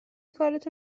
کارتو